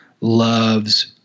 loves